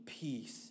peace